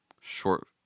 short